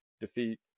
defeat